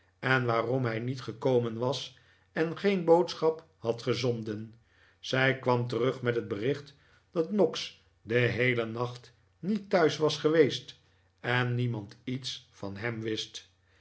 en waarom hij niet gekomen was en geen boodschap had gezonden zij kwam terug met het bericht dat noggs den heelen nacht niet thuis was geweest en niemand iets van hem wist